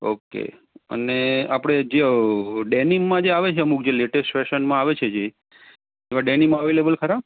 okay અને આપડે જે ડેનિમ માં જે આવે છે ફેશન આવે જે આવા ડેનિમ અવેલેબલ ખરા